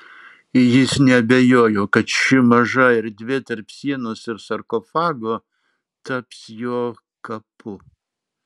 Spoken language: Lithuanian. jis neabejojo kad ši maža erdvė tarp sienos ir sarkofago taps jo kapu